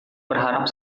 berharap